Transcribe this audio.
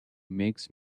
makes